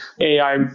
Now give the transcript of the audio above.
AI